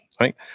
right